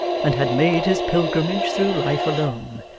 and had made his pilgrimage through life alone.